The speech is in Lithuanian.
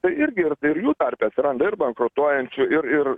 tai irgi ir ir jų tarpe atsiranda ir bankrutuojančių ir ir